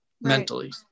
mentally